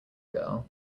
girl